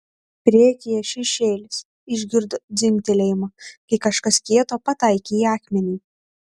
priekyje šešėlis išgirdo dzingtelėjimą kai kažkas kieto pataikė į akmenį